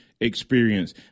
experience